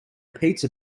pizza